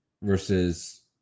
Versus